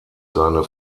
seine